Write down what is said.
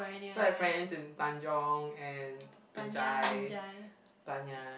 so I've friends in Tanjong and Binjai Banyan